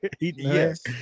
Yes